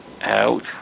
out